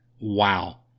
wow